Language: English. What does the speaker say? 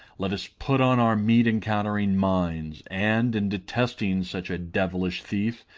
let us put on our meet encountering minds and, in detesting such a devilish thief,